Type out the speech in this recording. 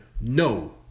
No